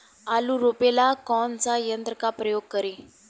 आलू रोपे ला कौन सा यंत्र का प्रयोग करी?